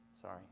Sorry